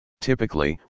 Typically